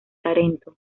tarento